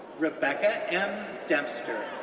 rebecca ann dempster,